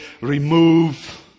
remove